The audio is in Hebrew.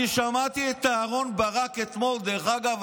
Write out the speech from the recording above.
אני שמעתי את אהרן ברק השקרן,